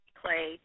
clay